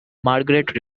margaret